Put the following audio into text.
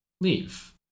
leave